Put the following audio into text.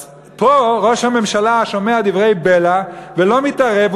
אז פה ראש הממשלה שומע דברי בלע ולא מתערב,